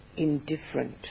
indifferent